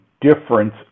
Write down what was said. difference